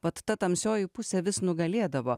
vat ta tamsioji pusė vis nugalėdavo